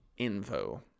Info